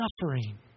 suffering